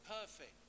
perfect